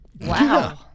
Wow